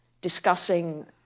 discussing